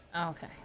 okay